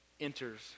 enters